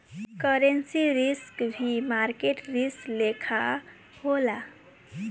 currency risk भी market risk लेखा होला